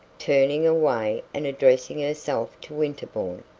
turning away and addressing herself to winterbourne.